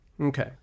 Okay